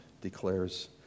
declares